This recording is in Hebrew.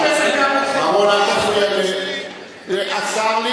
עשה לי